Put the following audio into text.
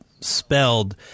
spelled